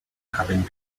having